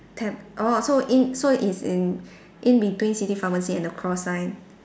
tab~ orh so in so it's in in between city pharmacy and the cross sign